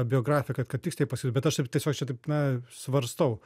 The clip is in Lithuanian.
biografiją kad kad tiksliai pasakyti bet aš tiesiog čia taip na svarstau